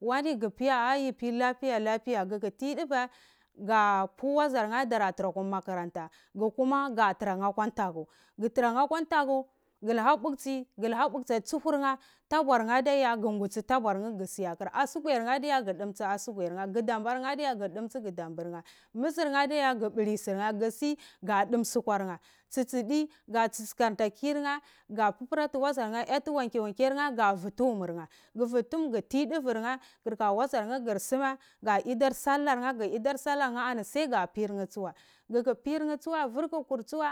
Wani gupiya a yi pi lapiya lapiyu ahgu ku ti duvai ya pwi wajor nhen kadar tro kwa makaranta gu kuma ga tror nheh akwu ntakwu ga tarar nheh kwo ntatu gu luha puktsi tsuhur nhehe tabur nheh adaigu nguktsi tabar nheh gu siyo kuri asugwair neh adai gudum tsi asugwar neh gudoimber neh adai gudum tsi asugwar neh gudoimber neh adai gudumtgi gudomber nheh migder neh adaigu bli sur nheh gu si ga dum sutwar nheh tsitsi di ga tsatsantar kirne go prati woziyor neh ga yati wankre wanke yorneh kaga prati waziyor neh gu vwi tuhum gur guma yur koka woziyoinai ka yidar sallar nheh ani sw ga pir nhch tsuwai guku pir nheh tsuwa ani vur ku hyetu towai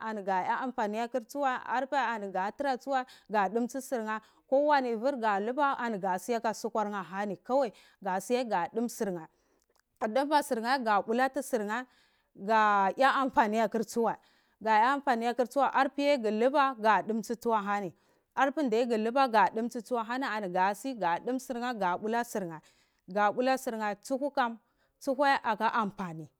ani goya am poni adai ani paidar ani ga tara tsuwai ga domtsi surna ani ko wani vur ani ga luba ani ga sun ta sukwar neh ahani kowani vur ga suhun ga domtsi surnhen gu dumba surneh ga blati surnah ga ya ampani atiur stuwai ga ya ampani kur ma vur tugu luba ga mvar ka dumtsi tsuwai arpinda ye guluba galuka domsti ahani ga si ga dumtsi surne ani ga bula surne ga bla surne tsuhu kam tsuku aka ampani.